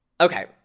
Okay